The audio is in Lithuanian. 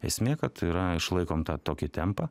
esmė kad yra išlaikom tą tokį tempą